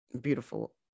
beautiful